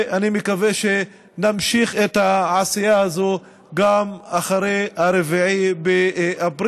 אני מקווה שנמשיך את העשייה הזאת גם אחרי 4 באפריל.